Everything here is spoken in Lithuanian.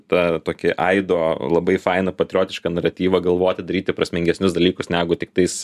tą tokį aido labai fainą patriotišką naratyvą galvoti daryti prasmingesnius dalykus negu tiktais